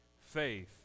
faith